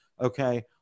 Okay